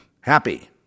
happy